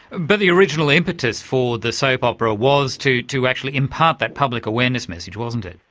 but the original impetus for the soap opera was to to actually impart that public awareness message, wasn't it?